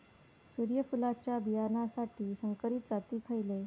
सूर्यफुलाच्या बियानासाठी संकरित जाती खयले?